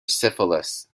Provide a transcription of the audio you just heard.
syphilis